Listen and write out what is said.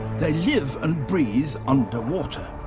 they live and breathe underwater.